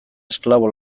esklabo